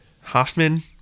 Hoffman